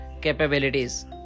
capabilities